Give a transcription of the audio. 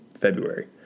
February